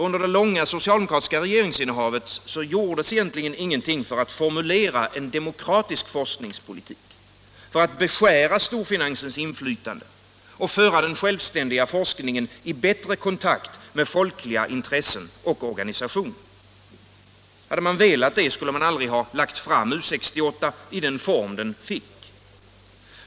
Under det långa socialdemokratiska regeringsinnehavet gjordes egentligen ingenting för att formulera en demokratisk forskningspolitik, för att beskära storfinansens inflytande och föra den självständiga forskningen i bättre kontakt med folkliga intressen och organisationer. Hade man velat det skulle man aldrig lagt fram U 68 i den form den fick.